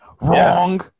wrong